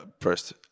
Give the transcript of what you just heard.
first